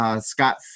Scott